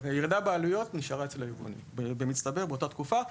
הירידה בעלויות נשארה אצל היבואנים במצטבר באותה התקופה.